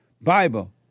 Bible